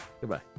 Goodbye